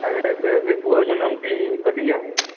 तव्हांजे बेबूअ जो जनम ॾींहुं कॾहिं आहे